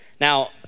Now